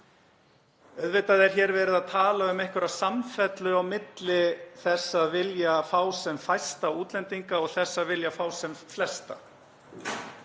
Auðvitað er hér verið að tala um einhverja samfellu á milli þess að vilja fá sem fæsta útlendinga og þess að vilja fá sem flesta